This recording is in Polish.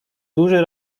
duży